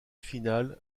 finale